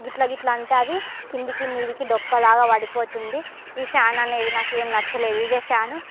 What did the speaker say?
గిట్ల గిట్ల అంటే అది కిందికి మీదికి డొక్కలాగా పడిపోతుంది ఈ ఫ్యాన్ అనేది నాకేమి నచ్చలేదు ఇదే ఫ్యాన్